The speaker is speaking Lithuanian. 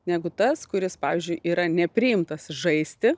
negu tas kuris pavyzdžiui yra nepriimtas žaisti